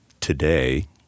today